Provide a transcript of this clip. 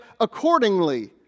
accordingly